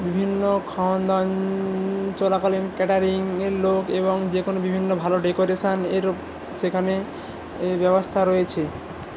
বিভিন্ন খাওয়া দাওয়া চলাকালীন ক্যাটারিংয়ের লোক এবং যেকোনো বিভিন্ন ভালো ডেকোরেশনেরও সেখানে ব্যবস্থা রয়েছে